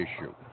issue